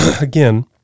again